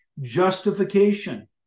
Justification